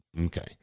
Okay